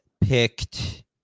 picked